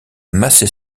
macé